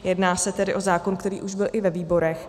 Jedná se tedy o zákon, který byl už i ve výborech.